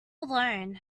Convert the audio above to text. alone